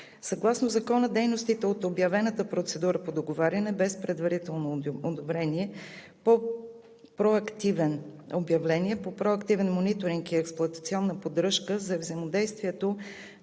Съгласно Закона дейностите от обявената процедура по договаряне, без предварително обявление по проактивен мониторинг и експлоатационна поддръжка за взаимодействие